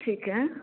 ਠੀਕ ਹੈ